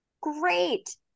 great